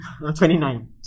29